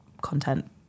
content